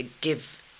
give